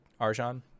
Arjan